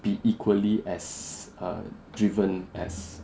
be equally as err driven as